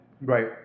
Right